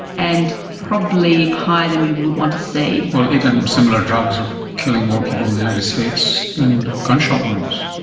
and probably higher than we would want to see. well, it and similar drugs are killing more people in the united states than gun shot wounds.